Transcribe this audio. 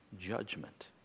judgment